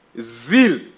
Zeal